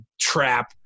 trap